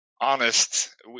honest